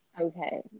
Okay